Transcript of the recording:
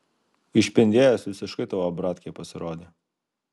išpindėjęs visiškai tavo bratkė pasirodė